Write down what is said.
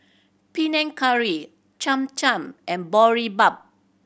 Panang Curry Cham Cham and Boribap